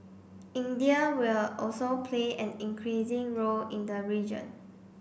India will also play an increasing role in the region